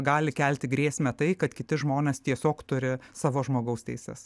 gali kelti grėsmę tai kad kiti žmonės tiesiog turi savo žmogaus teises